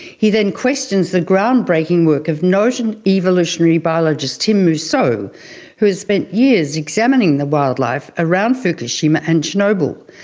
he then questions the groundbreaking work of noted and evolutionary biologist tim mousseau who has spent years examining the wildlife around fukushima and chernobyl.